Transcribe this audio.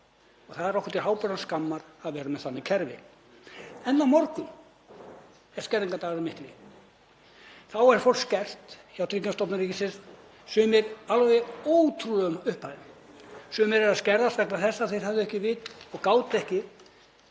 Það er okkur til háborinnar skammar að vera með þannig kerfi. En á morgun er skerðingardagurinn mikli. Þá er fólk skert hjá Tryggingastofnun ríkisins, sumir alveg ótrúlegum upphæðum. Sumir eru að skerðast vegna þess að þeir höfðu ekki sett og gátu ekki